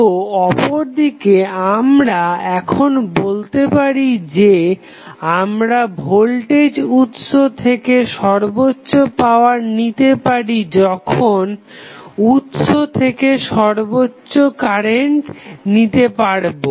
তো অপরদিকে আমরা এখন বলতে পারি যে আমরা ভোল্টেজ উৎস থেকে সর্বোচ্চ পাওয়ার নিতে পারি যখন উৎস থেকে সর্বোচ্চ কারেন্ট নিতে পারবো